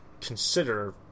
consider